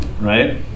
right